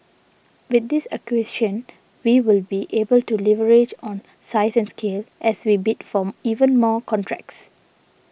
with this acquisition we will be able to leverage on size and scale as we bid for even more contracts